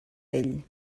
ell